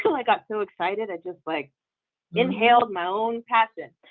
i got so excited i just like inhaled my own passion.